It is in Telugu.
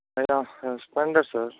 Splendor sir